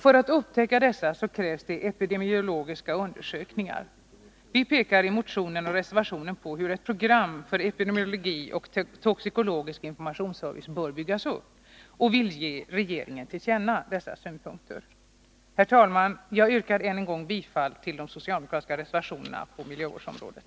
För att upptäcka dessa krävs epidemiologiska undersökningar. Vi pekar i motionen och reservationen på hur ett program för epidemiologisk och toxikologisk informationsservice bör byggas upp och vill ge regeringen till känna dessa synpunkter. Herr talman! Jag yrkar än en gång bifall till de socialdemokratiska reservationerna på miljövårdsområdet.